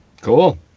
Cool